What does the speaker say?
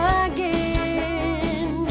again